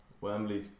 Wembley